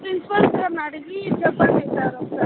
principal సార్ని అడిగి చెప్పండి సార్ ఒకసారి